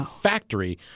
factory